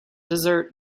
desert